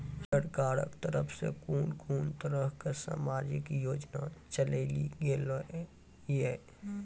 सरकारक तरफ सॅ कून कून तरहक समाजिक योजना चलेली गेलै ये?